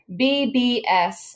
BBS